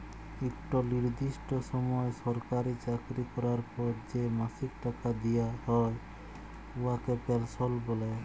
ইকট লিরদিষ্ট সময় সরকারি চাকরি ক্যরার পর যে মাসিক টাকা দিয়া হ্যয় উয়াকে পেলসল্ ব্যলে